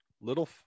little